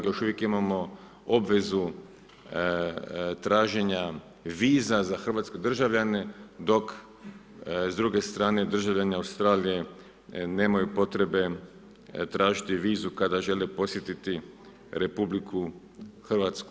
Još uvijek imamo obvezu traženja viza za hrvatske državljane dok s druge strane državljani Australije nemaju potrebe tražiti vizu kada žele posjetiti RH.